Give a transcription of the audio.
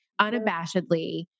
unabashedly